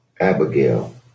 Abigail